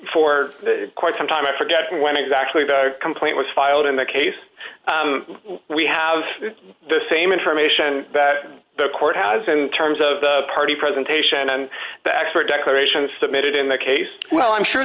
for quite some time i forget when exactly the complaint was filed in the case we have the same information that the court has in terms of the party presentation and the expert declaration of submitted in the case well i'm sure